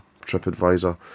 TripAdvisor